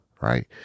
right